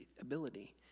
ability